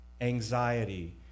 anxiety